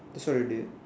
that's what you did